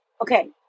okay